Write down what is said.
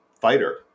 fighter